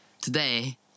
today